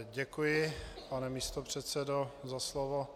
Děkuji, pane místopředsedo, za slovo.